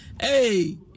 Hey